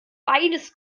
beides